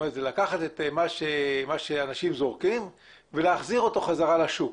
זה לקחת את מה שאנשים זורקים ולהחזיר אותו בחזרה לשוק.